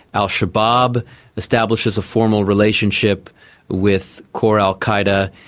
al shabaab establishes a formal relationship with core al qaeda.